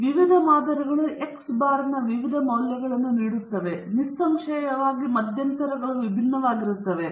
ವಿವಿಧ ಮಾದರಿಗಳು X ಬಾರ್ನ ವಿವಿಧ ಮೌಲ್ಯಗಳನ್ನು ನೀಡುತ್ತದೆ ಮತ್ತು ನಿಸ್ಸಂಶಯವಾಗಿ ಮಧ್ಯಂತರಗಳು ವಿಭಿನ್ನವಾಗಿರುತ್ತದೆ